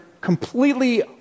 completely